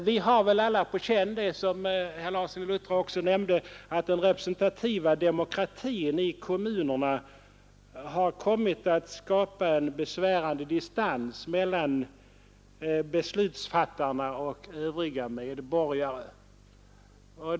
Vi har väl alla på känn att det förhåller sig så, som herr Larsson i Luttra också nämnde, att den representativa demokratin i kommunerna har kommit att skapa en besvärande distans mellan beslutsfattarna och övriga medborgare.